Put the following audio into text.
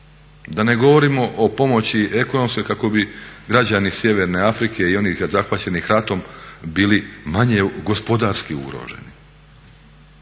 Da ne govorimo o pomoći ekonomskoj kako bi građani sjeverne Afrike i onih zahvaćenih ratom bili manje gospodarski ugroženi.